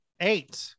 Eight